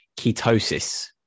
ketosis